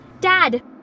Dad